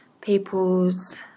people's